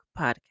podcast